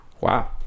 Wow